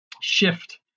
shift